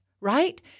right